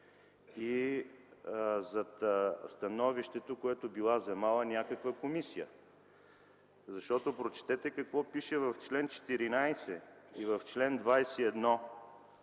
и зад становището, което била вземала някаква комисия. Защото, прочетете какво пише в чл. 14 и в чл. 21